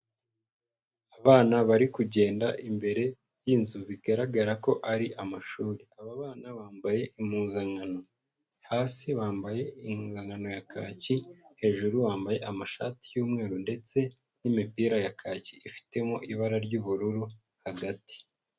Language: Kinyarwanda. Abana bari kugenda imbere y'inzu bigaragara ko ari amashuri, aba bana bambaye impuzankano, hasi bambaye impuzankano ya kaki, hejuru bambaye amashati y'umweru ndetse n'imipira ya kaki ifitemo ibara ry'ubururu hagati.